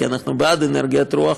כי אנחנו בעד אנרגיית רוח,